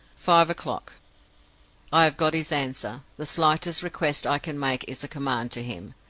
five o'clock i have got his answer. the slightest request i can make is a command to him.